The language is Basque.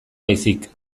baizik